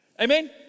Amen